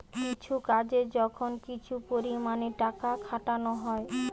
কিছু কাজে যখন কিছু পরিমাণে টাকা খাটানা হয়